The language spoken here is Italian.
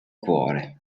cuore